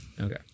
Okay